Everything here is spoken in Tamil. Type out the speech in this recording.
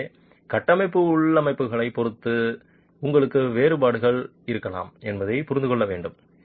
எனவே கட்டமைப்பு உள்ளமைவுகளைப் பொறுத்து உங்களுக்கு வேறுபாடுகள் இருக்கலாம் என்பதை புரிந்து கொள்ள வேண்டும்